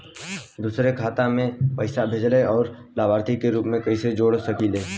दूसरे के खाता में पइसा भेजेला और लभार्थी के रूप में कइसे जोड़ सकिले?